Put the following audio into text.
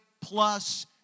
plus